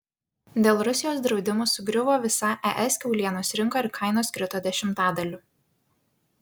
dėl rusijos draudimų sugriuvo visa es kiaulienos rinka ir kainos krito dešimtadaliu